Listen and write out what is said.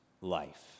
life